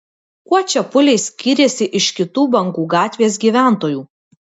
kuo čepuliai skyrėsi iš kitų bangų gatvės gyventojų